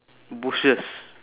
bushes